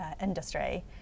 industry